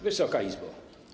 Wysoka Izbo!